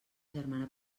germana